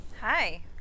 Hi